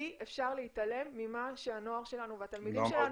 אי אפשר להתעלם ממה שהנוער שלנו והתלמידים שלנו חושבים.